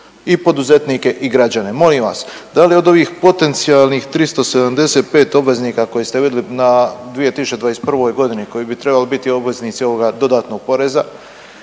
i poduzetnike i građane. Molim vas, da li od ovih potencijalnih 375 obveznika koje ste vidjeli na 2021. godini koji bi trebali biti obveznici ovoga dodatnog poreza,